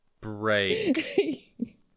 Break